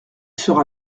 sera